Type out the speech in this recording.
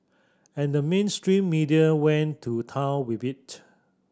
and the mainstream media went to town with it